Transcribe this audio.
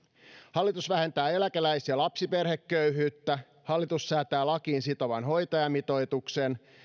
hallitus vähentää eläkeläis ja lapsiperheköyhyyttä hallitus säätää lakiin sitovan hoitajamitoituksen